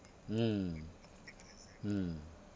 mm mm